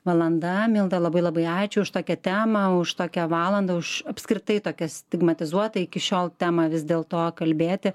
valanda mildą labai labai ačiū už tokią temą už tokią valandą už apskritai tokia stigmatizuotai iki šiol temą vis dėlto kalbėti